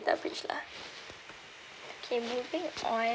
breach lah okay moving on